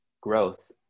growth